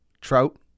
Trout